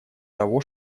того